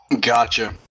gotcha